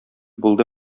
булды